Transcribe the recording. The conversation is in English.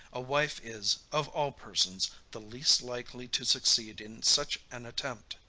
a wife is, of all persons, the least likely to succeed in such an attempt.